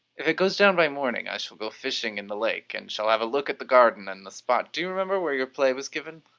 if it goes down by morning i shall go fishing in the lake, and shall have a look at the garden and the spot do you remember where your play was given.